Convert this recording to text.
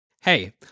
Hey